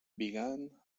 began